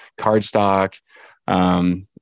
cardstock